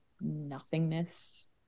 nothingness